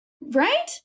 right